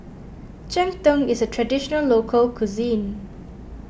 Cheng Tng is a Traditional Local Cuisine